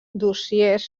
dossiers